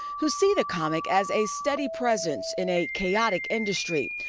who see the comic as a steady presence in a chaotic industry.